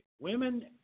Women